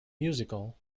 musical